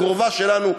הקרובה שלנו,